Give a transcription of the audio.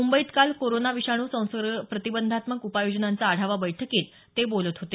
मुंबईत काल कोरोना विषाणू संसर्ग प्रतिबंधात्मक उपाययोजनांचा आढावा बैठकीत ते बोलत होते